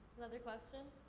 another question?